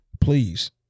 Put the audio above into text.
please